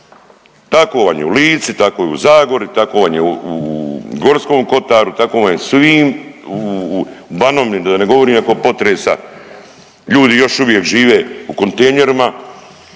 Tako vam je u Lici, tako je u Zagori, tako vam je u Gorskom kotaru, tako vam je u svim Banovini da ne govorim nakon potresa ljudi još uvijek žive u kontejnerima